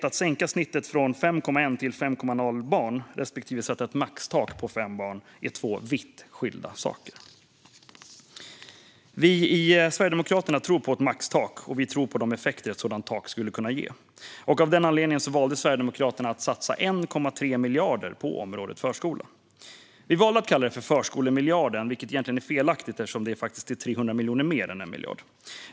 Att sänka snittet från 5,1 till 5,0 barn respektive att sätta ett maxtak på 5 barn är två vitt skilda saker. Vi i Sverigedemokraterna tror på ett maxtak, och vi tror på de effekter ett sådant tak skulle kunna ge. Av den anledningen valde Sverigedemokraterna att satsa 1,3 miljarder på området förskola. Vi valde att kalla det förskolemiljarden, vilket egentligen är felaktigt eftersom det faktiskt är 300 miljoner mer än 1 miljard.